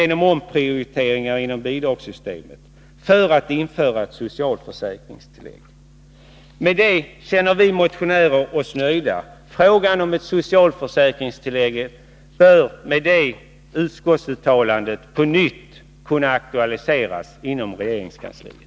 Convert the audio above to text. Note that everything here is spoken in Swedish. genom omprioriteringar inom bidragssystemet — för att införa ett socialförsäkringstillägg.” Med det känner vi motionärer oss nöjda. Frågan om ett socialförsäkringstillägg bör med detta utskottsuttalande på nytt kunna aktualiseras inom regeringskansliet.